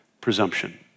presumption